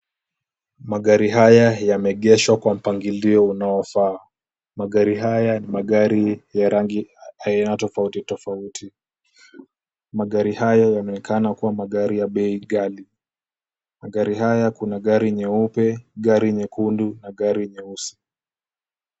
Magari haya yameegeshwa kwa mpangilio unaofaa. Magari haya ni magari ya rangi aina tofauti tofauti. Magari haya yanaonekana kuwa magari ya bei ghali. Magari haya kuna gari nyeupe, gari nyekundu na gari nyeusi.